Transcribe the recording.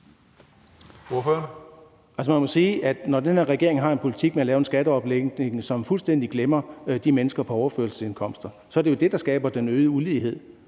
man må sige, at når den her regering har en politik, der går ud på at lave en skatteomlægning, som fuldstændig glemmer de mennesker, der er på overførselsindkomst, så er det jo det, der skaber den øgede ulighed.